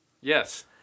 yes